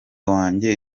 wanjye